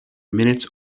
minutes